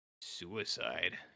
suicide